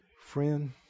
Friend